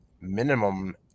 minimum